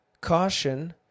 Caution